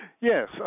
Yes